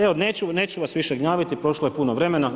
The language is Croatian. Evo neću vas više gnjaviti, prošlo je puno vremena.